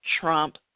Trump